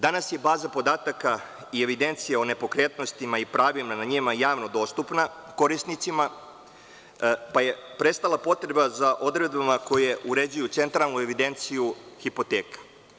Danas je baza podataka i evidencija o nepokretnostima i pravima na njima javno dostupna korisnicima pa je prestala potreba za odredbama koje uređuju centralnu evidenciju hipoteka.